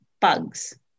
bugs